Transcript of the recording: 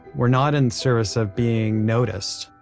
we're not in service of being noticed,